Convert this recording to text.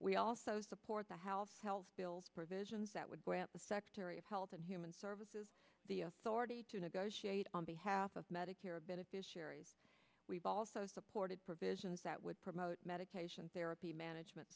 we also support the house bill provisions that would grant the secretary of health and human services the authority to negotiate on behalf of medicare beneficiaries we've also supported provisions that would promote medication therapy management